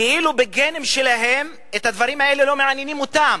כאילו בגנים שלהם הדברים האלה לא מעניינים אותם.